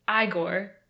Igor